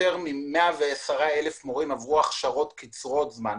יותר מ-110,000 מורים עברו הכשרות קצרות זמן,